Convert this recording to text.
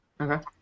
Okay